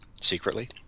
secretly